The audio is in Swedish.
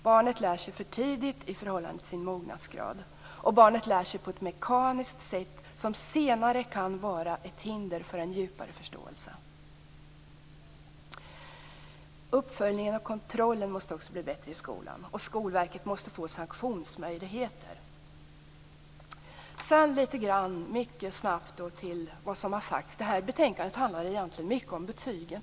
Barnet lär sig för tidigt i förhållande till sin mognadsgrad, och barnet lär sig på ett mekaniskt sätt som sedan kan bli ett hinder för en djupare förståelse. Uppföljningen och kontrollen i skolan måste också blir bättre. Skolverket måste få sanktionsmöjligheter. Jag skall snabbt ta upp litet av det som sagts. Betänkandet handlar egentligen mycket om betygen.